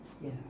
Yes